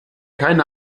keine